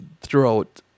throughout